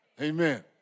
Amen